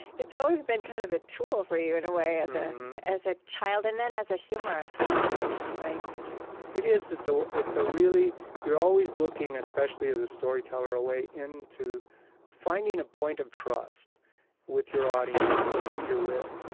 it's always been kind of a tool for you, in a way, as as a child, and then as a humorist also, right? and it is. it's so it's a really you're always looking, especially as a storyteller, a way into finding a point of trust with your audience, or with who you're with.